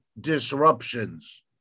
disruptions